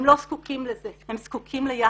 הם לא זקוקים לזה, הם זקוקים ליחס.